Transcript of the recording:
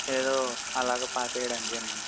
ఏదో అలాగా పాస్ అయ్యాడు అంతేనండి